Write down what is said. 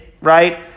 right